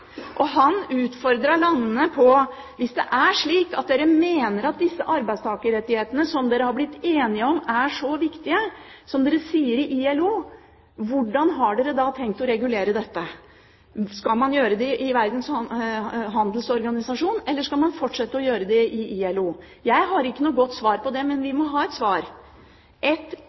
Han utfordret landene på: Hvis det er slik at dere mener at disse arbeidstakerrettighetene som dere har blitt enige om, er så viktige som dere sier i ILO, hvordan har dere da tenkt å regulere dette? Skal man gjøre det i Verdens handelsorganisasjon, eller skal man fortsette å gjøre det i ILO? Jeg har ikke noe godt svar på det, men vi må ha et svar. Et